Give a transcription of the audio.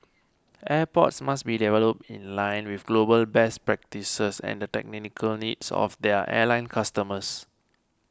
airports must be developed in line with global best practices and the technical needs of their airline customers